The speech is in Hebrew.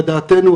לדעתנו,